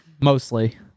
Mostly